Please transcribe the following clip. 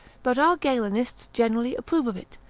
but our galenists generally approve of it,